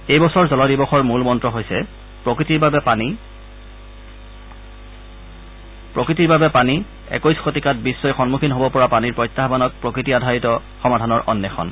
এই বছৰ জল দিৱসৰ মূল মন্ত্ৰ হৈছে প্ৰকৃতিৰ বাবে পানী একৈশ শতিকাত বিশ্বই সন্মুখীন হব পৰা পানীৰ প্ৰত্যাহানক প্ৰকৃতি আধাৰিত সমাধানৰ অম্নেষণ